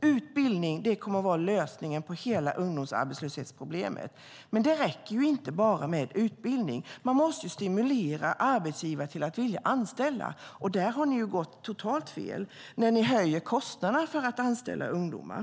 de: Utbildning kommer att vara lösningen på hela ungdomsarbetslöshetsproblemet. Det räcker inte bara med utbildning. Man måste stimulera arbetsgivare att vilja anställa. Där har ni gått totalt fel när ni vill höja kostnaderna för att anställa ungdomar.